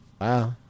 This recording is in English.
wow